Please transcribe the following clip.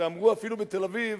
שאמרו אפילו בתל-אביב,